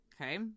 okay